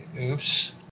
Oops